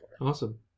Awesome